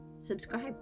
subscribe